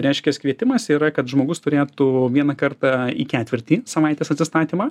reiškias kvietimas yra kad žmogus turėtų vieną kartą į ketvirtį savaitės atsistatymą